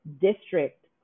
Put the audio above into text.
district